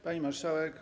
Pani Marszałek!